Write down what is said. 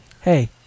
hey